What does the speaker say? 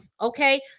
okay